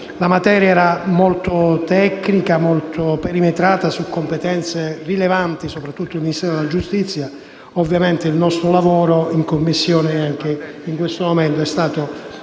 La materia era molto tecnica e molto perimetrata su competenze rilevanti soprattutto del Ministero della giustizia. Ovviamente il nostro lavoro in Commissione è stato in perfetta e totale